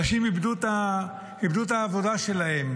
אנשים איבדו את העבודה שלהם,